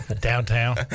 Downtown